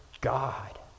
God